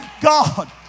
God